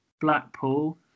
Blackpool